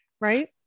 right